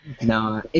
No